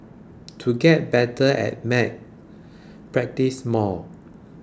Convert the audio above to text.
to get better at maths practise more